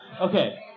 Okay